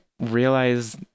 realize